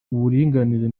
uburinganire